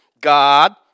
God